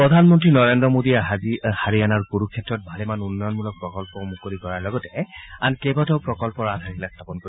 প্ৰধানমন্ত্ৰী নৰেন্দ্ৰ মোদীয়ে আজি হাৰিয়ানাৰ কুৰুক্ষেত্ৰত ভালেমান উন্নয়নমূলক প্ৰকল্প মুকলি কৰাৰ লগতে আন কেইবাটাও প্ৰকল্পৰ আধাৰশিলা স্থাপন কৰিব